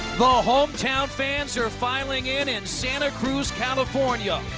hometown fans are filing in in santa cruz, california.